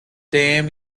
damn